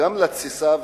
לתסיסה,